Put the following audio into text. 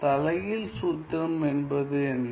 தலைகீழ் சூத்திரம் என்பது என்ன